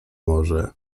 może